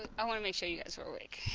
i want to make sure you guys are awake